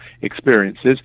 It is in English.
experiences